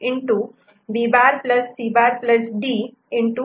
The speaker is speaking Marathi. D हे समतुल्य नाहीत Y AC'